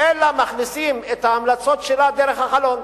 אלא מכניסים את ההמלצות שלה דרך החלון.